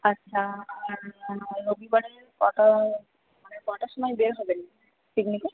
আচ্ছা আর রবিবারে কটার মানে কটার সময় বের হবেন পিকনিকে